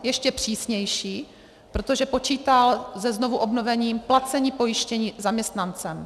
Ještě přísnější, protože počítal se znovuobnovením placení pojištění zaměstnancem.